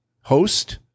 host